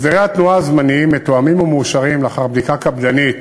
הסדרי התנועה הזמניים מתואמים ומאושרים לאחר בדיקה קפדנית